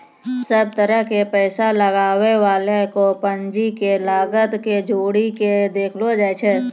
सब तरह से पैसा लगबै वाला रो पूंजी के लागत के जोड़ी के देखलो जाय छै